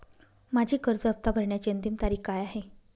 माझी कर्ज हफ्ता भरण्याची अंतिम तारीख काय आहे?